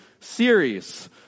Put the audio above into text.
series